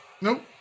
Nope